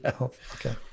Okay